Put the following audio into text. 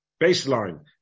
baseline